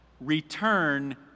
return